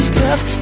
tough